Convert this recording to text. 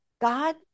God